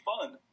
fun